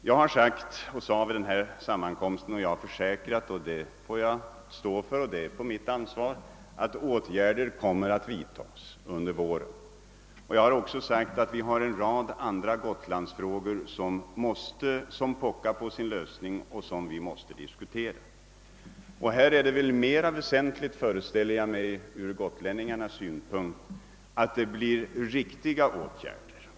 Jag försäkrade vid denna sammankomst, att jag ansvarar för att åtgärder kommer att vidtas under våren. Jag har också sagt att en rad andra gotlandsfrågor pockar på sin lösning och att vi måste diskutera även dessa. Jag föreställer mig att det är mest väsentligt ur gotlänningarnas synpunkt att riktiga åtgärder vidtas.